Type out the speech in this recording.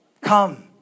come